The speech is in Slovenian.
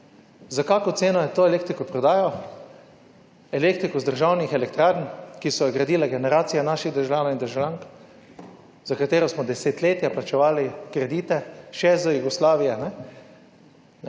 za kakšno ceno je to elektriko prodajal, elektriko iz državnih elektrarn, ki so jo gradile generacije naših državljanov in državljank, za katero smo desetletja plačevali kredite še iz Jugoslavije.